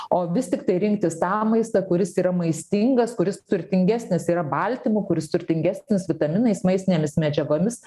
o vis tiktai rinktis tą maistą kuris yra maistingas kuris turtingesnis yra baltymu kuris turtingesnis vitaminais maistinėmis medžiagomis